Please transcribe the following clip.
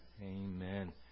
Amen